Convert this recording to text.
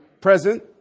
present